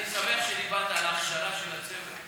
אני שמח שדיברת על ההכשרה של הצוות.